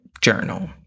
journal